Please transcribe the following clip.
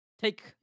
take